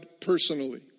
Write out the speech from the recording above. personally